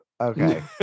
Okay